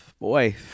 boy